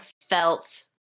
felt